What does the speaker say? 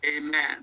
Amen